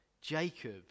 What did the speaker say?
Jacob